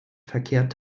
verkehrt